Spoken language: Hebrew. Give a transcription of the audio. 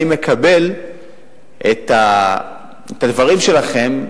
אני מקבל את הדברים שלכם,